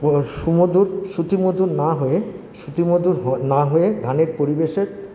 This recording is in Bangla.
সুমধুর শ্রুতিমধুর না হয়ে শ্রুতিমধুর না হয়ে গানের পরিবেশের